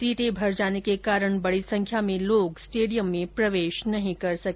सीटे भर जाने के कारण बडी संख्या में लोग स्टेडियम में प्रवेश नहीं कर सके